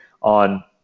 on